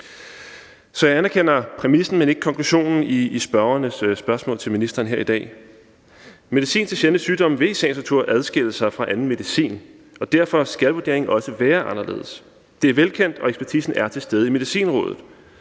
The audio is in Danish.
Så jeg anerkender præmissen, men ikke konklusionen i forespørgernes spørgsmål til ministeren her i dag. Medicin til behandling af sjældne sygdomme vil i sagens natur adskille sig fra anden medicin, og derfor skal vurderingen også være anderledes. Det er velkendt, og ekspertisen er til stede i Medicinrådet.